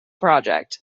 project